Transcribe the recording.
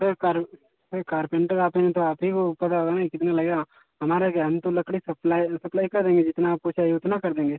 कोई कार कोई कारपेंटर आते हैं तो आप ही को पता होगा न कितना लगेगा हमारा क्या हम तो लकड़ी सप्लाई सप्लाई कर देंगे जितना आपको चाहिए उतना कर देंगे